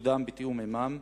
ותקודם בתיאום עמם.